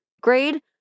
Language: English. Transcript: grade